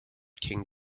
king